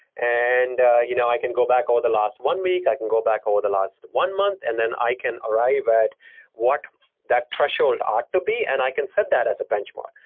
and you know i can go back over the last one week. i can go back over the last one month and then i can arrive at what that threshold ought to be and i can set that as a benchmark.